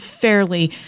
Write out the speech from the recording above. fairly